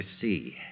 see